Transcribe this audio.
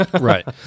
Right